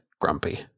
grumpy